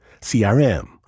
CRM